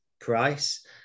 price